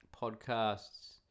podcasts